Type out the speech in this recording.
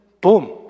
boom